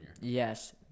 Yes